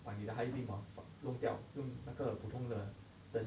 把你的 high beam hor 弄掉用那个普通的灯